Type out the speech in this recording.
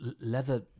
leather